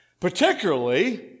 Particularly